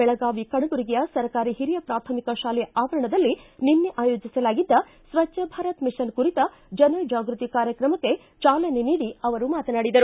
ಬೆಳಗಾವಿ ಕಣಬರಗಿಯ ಸರ್ಕಾರಿ ಹಿರಿಯ ಪ್ರಾಥಮಿಕ ಶಾಲೆಯ ಆವರಣದಲ್ಲಿ ನಿನ್ನೆ ಆಯೋಜಿಸಲಾಗಿದ್ದ ಸ್ಥಳ್ವ ಭಾರತ ಮಿಷನ್ ಕುರಿತ ಜನ ಜಾಗೃತಿ ಕಾರ್ಯಕ್ರಮಕ್ಕೆ ಚಾಲನೆ ನೀಡಿ ಅವರು ಮಾತನಾಡಿದರು